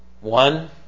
One